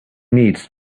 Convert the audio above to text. needs